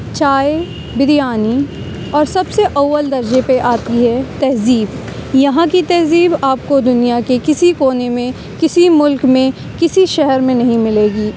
چائے بریانی اور سب سے اول درجے پہ آتی ہے تہذیب یہاں کی تہذیب آپ کو دنیا کے کسی کونے میں کسی ملک میں کسی شہر میں نہیں ملے گی